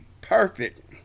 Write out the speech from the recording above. perfect